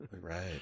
right